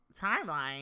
timeline